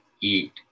eat